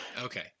Okay